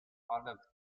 olive